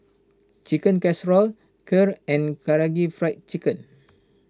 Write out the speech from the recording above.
Chicken Casserole Kheer and Karaage Fried Chicken